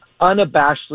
unabashedly